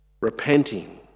repenting